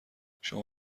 شما